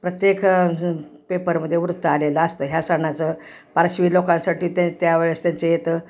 प्रत्येक पेपरमध्ये वृत्त आलेलं असत ह्या सणाचं पारशी लोकांसाठी ते त्यावेळेस त्यांचे येतं